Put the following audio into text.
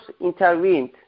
intervened